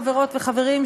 חברות וחברים,